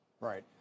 Right